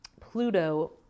Pluto